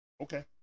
Okay